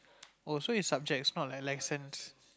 oh so is subjects not like lessons